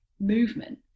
movement